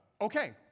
Okay